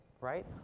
right